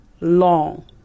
long